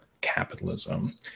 capitalism